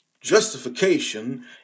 justification